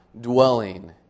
dwelling